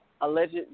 alleged